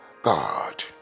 God